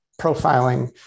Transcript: profiling